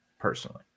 personally